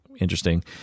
interesting